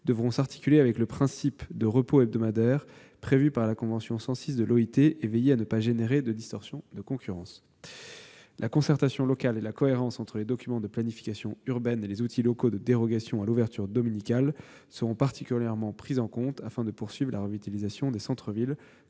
devront s'articuler avec le principe de repos hebdomadaire prévu par la convention n° 106 de l'Organisation internationale du travail, l'OIT, tout en veillant à ne pas créer de distorsion de concurrence. La concertation locale et la cohérence entre les documents de planification urbaine et les outils locaux de dérogation à l'ouverture dominicale seront particulièrement prises en compte afin de poursuivre la revitalisation des centres-villes